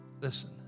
listen